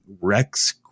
Rex